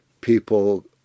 people